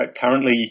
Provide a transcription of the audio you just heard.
currently